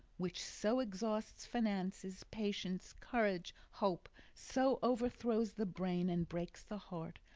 which so exhausts finances, patience, courage, hope, so overthrows the brain and breaks the heart,